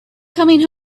coming